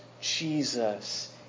Jesus